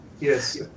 Yes